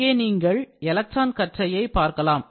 இங்கே நீங்கள் எலக்ட்ரான் கற்றையை பார்க்கலாம்